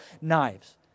knives